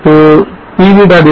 net pv